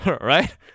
Right